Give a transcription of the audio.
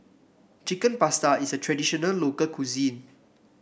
Chicken Pasta is a traditional local cuisine